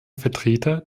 vertreter